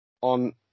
on